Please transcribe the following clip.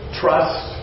trust